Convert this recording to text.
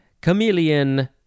Chameleon